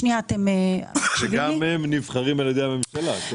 שגם הם נבחרים על ידי הממשלה.